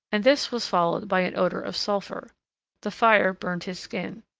and this was followed by an odor of sulphur the fire burned his skin.